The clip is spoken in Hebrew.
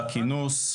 על הכינוס,